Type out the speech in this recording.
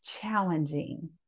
challenging